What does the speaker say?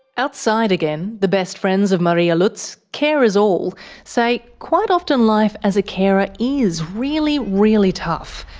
outside again, the best friends of maria lutz, carers all, say quite often life as a carer is really, really tough,